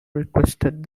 requested